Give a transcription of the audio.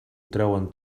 treuen